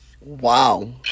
Wow